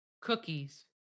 cookies